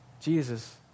Jesus